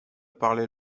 parlait